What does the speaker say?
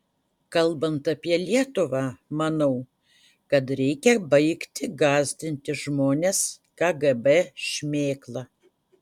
kalbant apie lietuvą manau kad reikia baigti gąsdinti žmones kgb šmėkla